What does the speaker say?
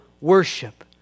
worship